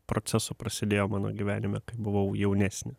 procesų prasidėjo mano gyvenime kai buvau jaunesnė